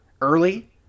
early